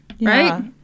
right